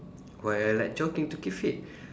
why I like jogging to keep fit